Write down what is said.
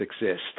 exist